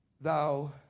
thou